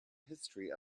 history